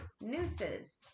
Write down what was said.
nooses